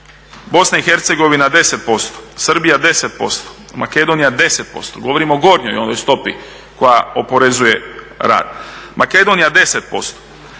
Gora ima 9%, BiH 10%, Srbija 10%, Makedonija 10%, govorim o gornjoj ovoj stopi koja oporezuje rad, Makedonija 10%,